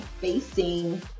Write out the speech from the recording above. facing